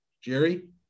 Jerry